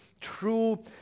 true